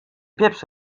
pieprz